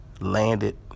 landed